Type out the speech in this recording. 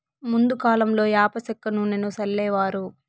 ముందు కాలంలో యాప సెక్క నూనెను సల్లేవారు